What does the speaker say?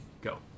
go